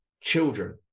children